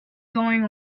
going